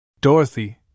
Dorothy